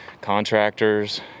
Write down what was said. contractors